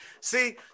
See